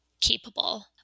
capable